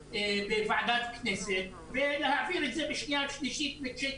בוועדת הכנסת ולהעביר את זה בקריאה שנייה ושלישית בצ'יק